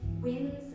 Winds